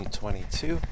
2022